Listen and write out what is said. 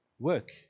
work